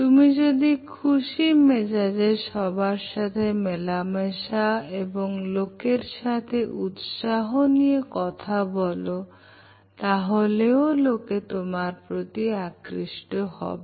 তুমি যদি খুশি মেজাজে সবার সাথে মেলামেশা এবং লোকের সাথে উৎসাহ নিয়ে কথা বল তাহলেও লোকে তোমার প্রতি আকৃষ্ট হবে